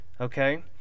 Okay